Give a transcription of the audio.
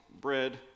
bread